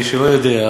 למי שלא יודע,